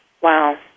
Wow